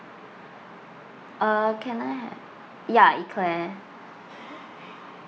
uh can I have ya eclair